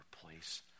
place